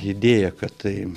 idėja kad tai